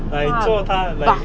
!wah! buff